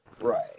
right